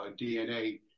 DNA